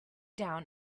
down